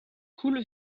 coule